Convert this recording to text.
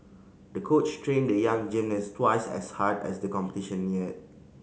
the coach trained the young gymnast twice as hard as the competition neared